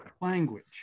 language